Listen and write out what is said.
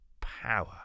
power